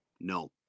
No